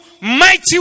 mighty